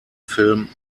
film